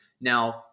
Now